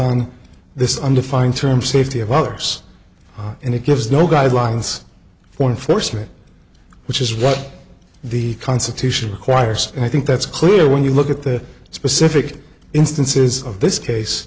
on this undefined term safety of others and it gives no guidelines one first rate which is what the constitution requires and i think that's clear when you look at the specific instances of this case